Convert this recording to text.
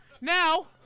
Now